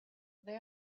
they